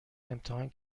امتحان